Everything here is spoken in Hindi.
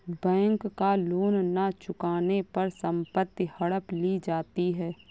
बैंक का लोन न चुकाने पर संपत्ति हड़प ली जाती है